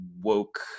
woke